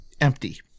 empty